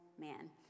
man